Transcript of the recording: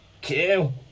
Kill